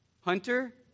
Hunter